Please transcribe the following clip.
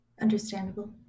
Understandable